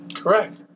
Correct